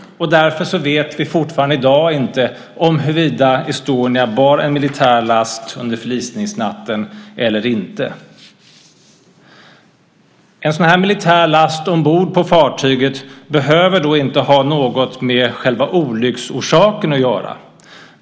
Därför vet vi fortfarande inte om Estonia bar en militär last under förlisningsnatten eller inte. En sådan här militär last ombord på fartyget behöver då inte ha något med själva olycksorsaken att göra.